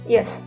Yes